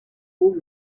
who